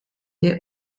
der